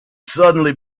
suddenly